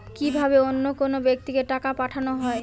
কি ভাবে অন্য কোনো ব্যাক্তিকে টাকা পাঠানো হয়?